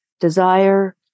desire